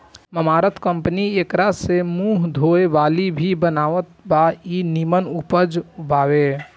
Mamaearth company एकरा से मुंह धोए वाला भी बनावत बा इ निमन उपज बावे